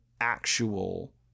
actual